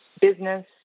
business